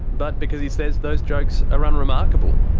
but because he says those jokes are unremarkable.